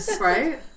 Right